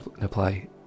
apply